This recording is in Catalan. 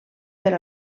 per